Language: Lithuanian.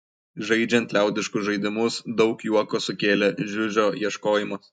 žaidžiant liaudiškus žaidimus daug juoko sukėlė žiužio ieškojimas